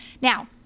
Now